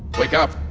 wake up!